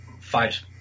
five